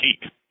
peak